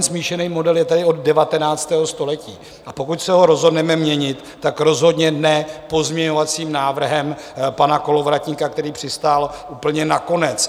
Smíšený model je tady od 19. století, a pokud se ho rozhodneme měnit, tak rozhodně ne pozměňovacím návrhem pana Kolovratníka, který přistál úplně nakonec.